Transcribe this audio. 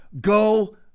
go